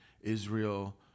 Israel